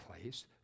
place